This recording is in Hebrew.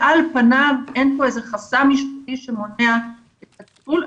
שעל פניו אין בזה חסם משפטי שמונע את הטיפול.